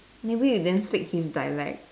maybe you damn sick his dialect